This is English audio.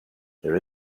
there